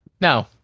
No